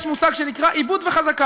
יש מושג שנקרא "עיבוד וחזקה".